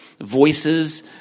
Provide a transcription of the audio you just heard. voices